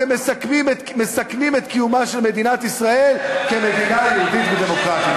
אתם מסכנים את קיומה של מדינת ישראל כמדינה יהודית ודמוקרטית.